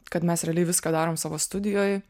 kad mes realiai viską darom savo studijoj